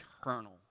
eternal